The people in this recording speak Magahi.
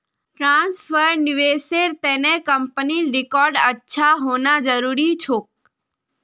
ट्रस्ट फंड्सेर निवेशेर त न कंपनीर रिकॉर्ड अच्छा होना जरूरी छोक